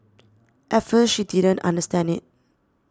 at first she didn't understand it